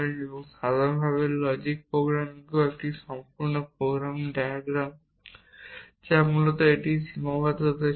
এবং সাধারণভাবে লজিক প্রোগ্রামিংও একটি সম্পূর্ণ প্রোগ্রামিং প্যারাডাইম যা মূলত এটির সীমাবদ্ধতা ছিল